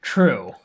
True